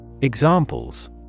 Examples